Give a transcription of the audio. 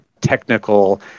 technical